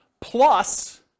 plus